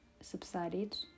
subsided